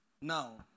Now